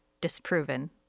disproven